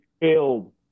filled